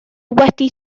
wedi